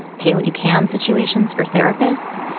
pay what you can situations for therapists.